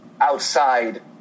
outside